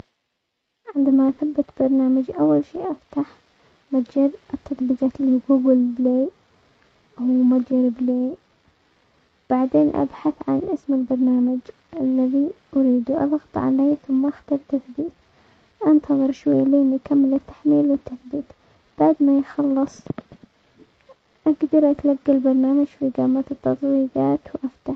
عندما اثبت برنامج اول شيء افتح متجر التطبيقات اللي هو جوجل بلاي- هو متجر بلاي، بعدين ابحث عن اسم البرنامج الذي اريده، اضغط عليه ثم اختر تثبيت، انتظر شوي لحين يكمل التحميل و التثبيت، بعد ما يخلص اقدراتلقى البرنامج في اقامة التطبيقات وافتحه.